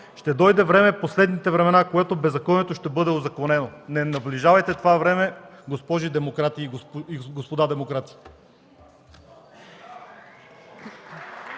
„Ще дойде време в последните времена, в което беззаконието ще бъде узаконено.” Не наближавайте това време, госпожи и господа демократи!